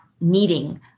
needing